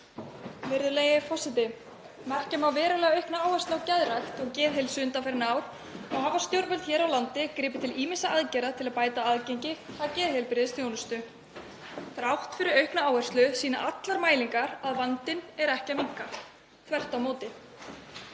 Virðulegi forseti. Merkja má verulega aukna áherslu á geðrækt og geðheilsu undanfarin ár og hafa stjórnvöld hér á landi gripið til ýmissa aðgerða til að bæta aðgengi að geðheilbrigðisþjónustu. Þrátt fyrir aukna áherslu sýna allar mælingar að vandinn er ekki að minnka, þvert á móti.